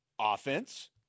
offense